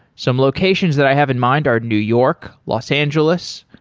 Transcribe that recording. some locations that i have in mind are new york, los angeles,